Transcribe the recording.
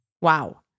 Wow